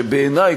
שבעיני,